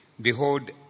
Behold